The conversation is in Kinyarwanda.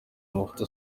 amafoto